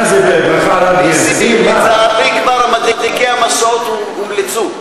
נסים, לצערי מדליקי המשואות כבר הומלצו.